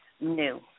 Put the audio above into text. new